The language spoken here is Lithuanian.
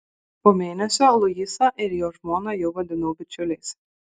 po mėnesio luisą ir jo žmoną jau vadinau bičiuliais